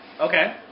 Okay